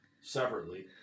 separately